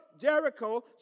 Jericho